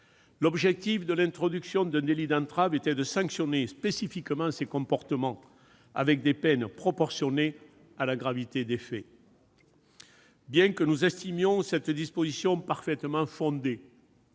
L'objectif de l'introduction d'un délit d'entrave était de sanctionner spécifiquement ces comportements, avec des peines proportionnées à la gravité des faits. Bien que nous estimions cette disposition parfaitement fondée,